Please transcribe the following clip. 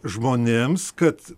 žmonėms kad